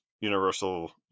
universal